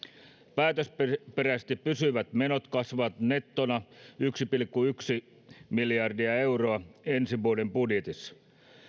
päätösperäisesti pysyvät menot kasvavat nettona yksi pilkku yksi miljardia euroa ensi vuoden budjetissa